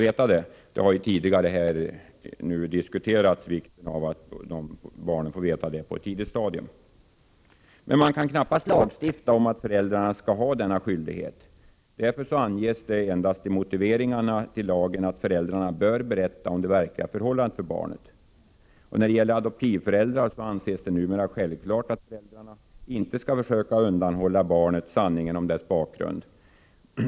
I debatten har tidigare framhållits vikten av att barnet får veta det på ett tidigt stadium. Men man kan knappast lagstifta om att föräldrarna skall ha denna skyldighet. Därför anges det endast i motiveringarna till lagen att föräldrarna bör berätta om det verkliga förhållandet för barnet. När det gäller adoptivföräldrar anses det numera självklart att föräldrarna inte skall försöka undanhålla barnet sanningen om dess bakgrund.